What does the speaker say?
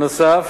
בנוסף,